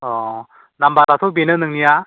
औ नाम्बाराथ' बेनो नोंनिया